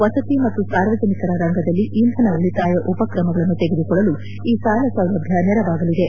ವಸತಿ ಮತ್ತು ಸಾರ್ವಜನಿಕರ ರಂಗದಲ್ಲಿ ಇಂಧನ ಉಳತಾಯ ಉಪಕ್ರಮಗಳನ್ನು ತೆಗೆದುಕೊಳ್ಳಲು ಈ ಸಾಲ ಸೌಲಭ್ಯ ನೆರವಾಗಲಿದೆ